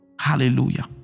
hallelujah